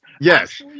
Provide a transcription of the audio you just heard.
Yes